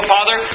Father